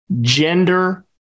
gender